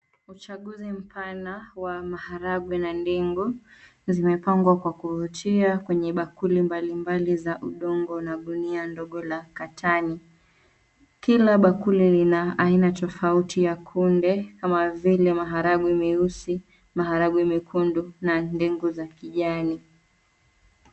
Uchaguzi mpana wa maharagwe na ndengu zimepangwa kwa kutia kwenye bakuli mbalimbali za udongo na ngunia ndogo la katani. Kila bakuli lina aina tofauti ya kunde kama vile maharagwe meusi, maharagwe mekundu na ndengu za kijani.